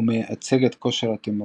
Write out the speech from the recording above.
ומייצג את כושר התמרון.